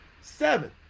Seven